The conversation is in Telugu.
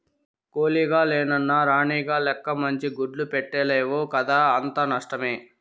కూలీగ లెన్నున్న రాణిగ లెక్క మంచి గుడ్లు పెట్టలేవు కదా అంతా నష్టమే